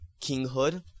Kinghood